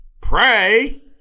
pray